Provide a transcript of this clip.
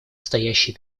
стоящие